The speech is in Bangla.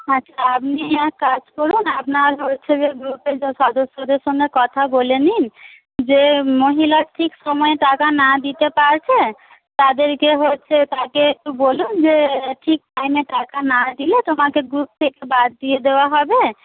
আচ্ছা আপনি এক কাজ করুন আপনার হচ্ছে যে গ্রুপে সদস্যদের সঙ্গে কথা বলে নিন যে মহিলা ঠিক সময়ে টাকা না দিতে পারছে তাদেরকে হচ্ছে তাকে একটু বলুন যে ঠিক টাইমে টাকা না দিলে তোমাকে গ্রুপ থেকে বাদ দিয়ে দেওয়া হবে